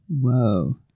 Whoa